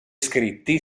scritti